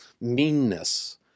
meanness